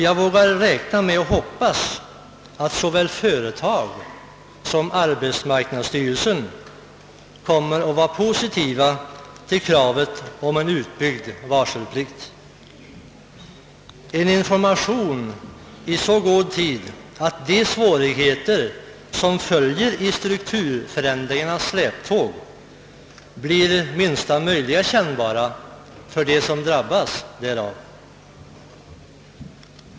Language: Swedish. Jag vågar hoppas, att såväl företagen som arbetsmarknadsstyrelsen kommer att ställa sig positiva till kravet på en utbyggd varselplikt och till att det ges information i så god tid, att de svårigheter som följer i strukturförändringarnas släptåg blir så litet kännbara som möjligt för dem som drabbas därav.